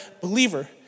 believer